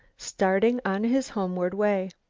starting on his homeward way.